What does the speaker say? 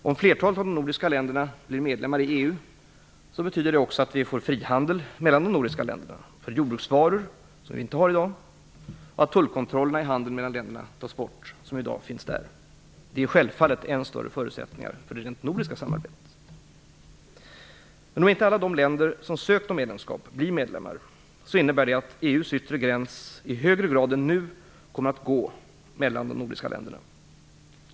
Om flertalet av de nordiska länderna blir medlemmar i EU innebär det också att vi får frihandel mellan de nordiska länderna för jordbruksvaror, som vi inte har i dag, och att tullkontrollen i handeln mellan länderna tas bort. Det ger självfallet ännu större förutsättningar för det rent nordiska samarbetet. Men om inte alla de länder som sökt om medlemskap blir medlemmar så innebär det att EU:s yttre gräns i högre grad än nu kommer att gå mellan de nordiska länderna.